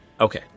Okay